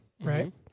right